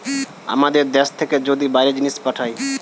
আমাদের দ্যাশ থেকে যদি বাইরে জিনিস পাঠায়